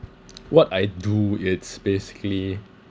what I do it's basically